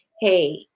hey